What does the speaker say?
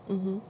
mmhmm